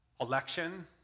election